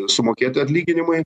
sumokėti atlyginimai